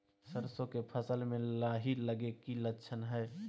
सरसों के फसल में लाही लगे कि लक्षण हय?